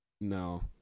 No